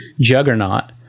juggernaut